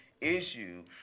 issue